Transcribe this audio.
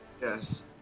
yes